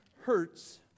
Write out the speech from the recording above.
hurts